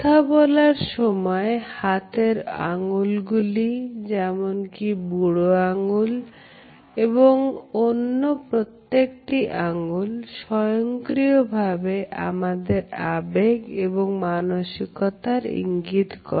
কথা বলার সময় হাতের আঙ্গুলগুলি যেমন কি বুড়ো আঙ্গুল এবং অন্য প্রত্যেকটি আঙ্গুল স্বয়ংক্রিয়ভাবে আমাদের আবেগ এবং মানসিকতার ইঙ্গিত করে